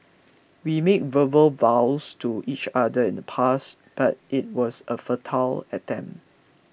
we made verbal vows to each other in the past but it was a futile attempt